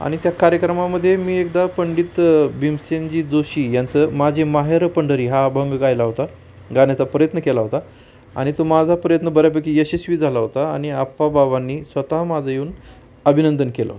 आणि त्या कार्यक्रमामध्ये मी एकदा पंडित भीमसेनजी जोशी यांचं माझे माहेर पंढरी हा अभंग गायला होता गाण्याचा प्रयत्न केला होता आणि तो माझा प्रयत्न बऱ्यापैकी यशस्वी झाला होता आणि आप्पा बाबांनी स्वतः माझं येऊन अभिनंदन केलं होतं